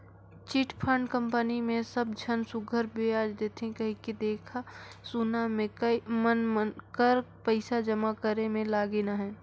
chit fund company मे सब झन सुग्घर बियाज देथे कहिके देखा सुना में मन कर पइसा जमा करे में लगिन अहें